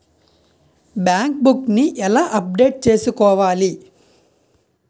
Bank book నీ ఎలా update చేసుకోవాలి?